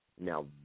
Now